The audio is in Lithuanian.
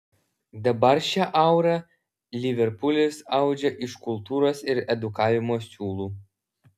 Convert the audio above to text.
dabar šią aurą liverpulis audžia iš kultūros ir edukavimo siūlų